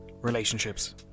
Relationships